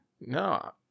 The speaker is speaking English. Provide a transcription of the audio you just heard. No